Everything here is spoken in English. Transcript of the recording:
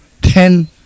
Ten